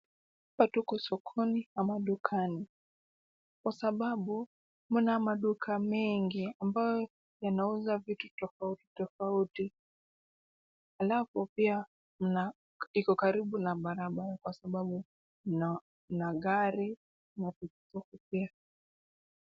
Watu wako sokoni ama dukani, kwa sababu mna maduka mengi ambayo yanauza vitu tofauti tofauti. Alafu pia iko karibu na barabara kwa sababu kuna gari na pikipiki pia.